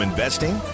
investing